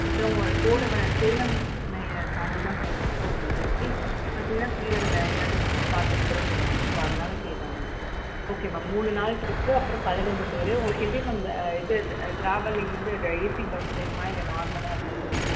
அப்புறம் அது போற வ சேலம் மே தாண்டிதான் போவோம் ஸோ உங்களுக்கு எப்படி பசிச்சிதுன்னால் சேலம்ல என்னது சாப்பிட்டுட்டுக்கூட போகலாம் ஸோ அதனால் கேட்டேன் உங்களுக்கு ஓகே மேம் மூணு நாள் ட்ரிப்பு அப்புறம் பதினஞ்சு பேர் உங்களுக்கு எப்படி மேம் இது ட்ராவலிங் வந்து இது ஏசி பஸ் வேணுமா இல்லை நார்மலாக இருந்தால் போதுமா